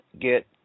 get